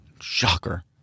shocker